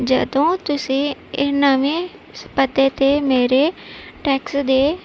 ਜਦੋਂ ਤੁਸੀਂ ਇਹ ਨਵੇਂ ਪਤੇ ਤੇ ਮੇਰੇ ਟੈਕਸ ਦੇ